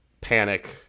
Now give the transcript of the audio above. panic